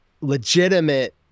legitimate